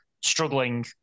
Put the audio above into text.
struggling